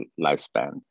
lifespan